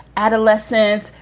adolescence,